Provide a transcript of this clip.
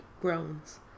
groans